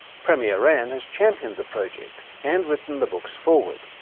premier rann has championed the project and written the books foreword.